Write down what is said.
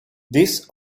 this